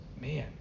Man